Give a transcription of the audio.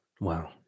Wow